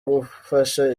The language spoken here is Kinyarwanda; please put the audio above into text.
gufasha